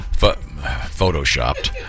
Photoshopped